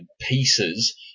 pieces